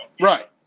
right